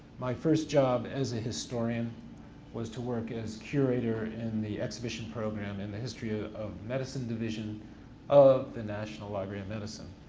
my first job as a historian was to work as curator in the exhibition program in the history ah of medicine division of the national library of medicine.